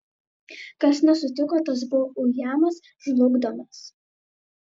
kas nesutiko tas buvo ujamas žlugdomas